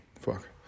Fuck